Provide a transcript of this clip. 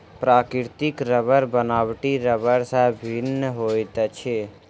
प्राकृतिक रबड़ बनावटी रबड़ सॅ भिन्न होइत अछि